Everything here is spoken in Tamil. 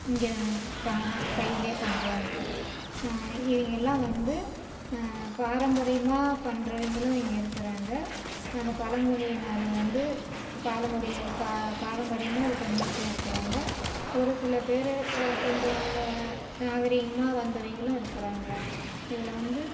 இங்கே பா கையில பண்ணுறாங்க இவங்கெல்லாம் வந்து பாரம்பரியமாக பண்ணுறவிங்களும் இங்கே இருக்குறாங்க அந்த பழங்குடியினரும் வந்து பாலும் கொடியும் பா பாரம்பரியமாக இது பண்ணிகிட்டு இருக்கிறாங்க ஒரு சில பேர் இப்போ கொஞ்சம் நாகரிகமாக வந்தவங்களும் இருக்கிறாங்க இதில் வந்து